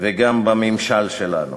וגם בממשלה שלנו.